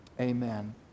amen